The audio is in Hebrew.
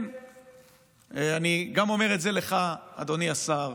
אני גם אומר את זה לך, אדוני השר.